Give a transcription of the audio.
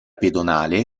pedonale